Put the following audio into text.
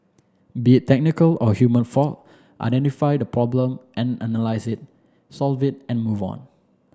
be a technical or human fault identify the problem and analyse it solve it and move on